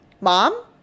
Mom